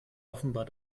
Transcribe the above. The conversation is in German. offenbar